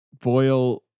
Boyle